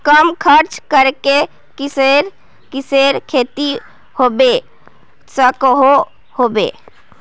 कम खर्च करे किसेर किसेर खेती होबे सकोहो होबे?